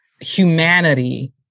humanity